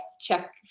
check